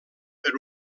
per